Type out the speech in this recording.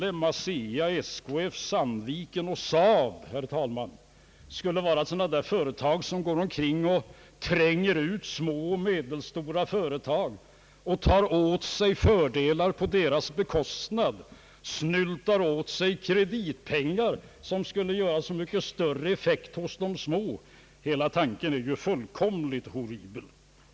M. Ericsson, ASEA, SKF, Sandviken och SAAB skulle vara företag som tränger ut små och medelstora företag och tillskansar sig fördelar på deras bekostnad genom att snylta åt sig kreditmedel som skulle göra så mycket större effekt hos de små är fullkomligt horribel.